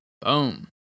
Boom